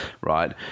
right